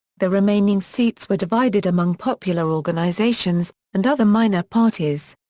the remaining seats were divided among popular organizations and other minor parties.